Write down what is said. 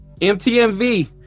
MTMV